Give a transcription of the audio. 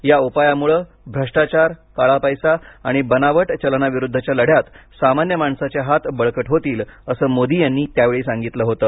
या उपायामुळे भ्रष्टाचार काळा पैसा आणि बनावट चलनाविरुद्धच्या लढ्यात सामान्य माणसाचे हात बळकट होतील असं मोदी यांनी त्यावेळी सांगितलं होतं